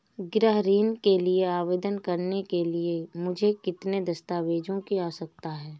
गृह ऋण के लिए आवेदन करने के लिए मुझे किन दस्तावेज़ों की आवश्यकता है?